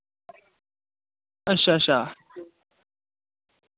अच्छा अच्छा